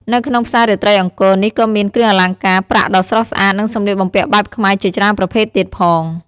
នៅក្នុងផ្សាររាត្រីអង្គរនេះក៏មាន គ្រឿងអលង្ការប្រាក់ដ៏ស្រស់ស្អាត និងសម្លៀកបំពាក់បែបខ្មែរជាច្រើនប្រភេទទៀតផង។